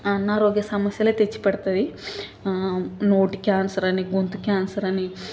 అనారోగ్య సమస్యలే తెచ్చి పెడుతుంది నోటి క్యాన్సరని గొంతు క్యాన్సరని